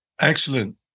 Excellent